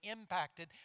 impacted